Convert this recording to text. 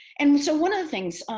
and so one of the things,